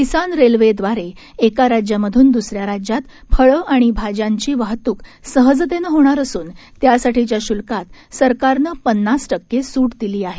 किसान railway द्वारे एका राज्यामधून दुसऱ्या राज्यात फळं आणि भाज्यांची वाहतूक सहजतेनं होणार असून त्यासाठीच्या शुल्कात सरकारनं पन्नास टक्के सूट दिली आहे